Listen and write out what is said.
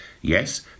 Yes